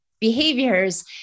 behaviors